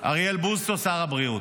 אריאל בוסו, שר הבריאות.